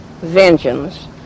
vengeance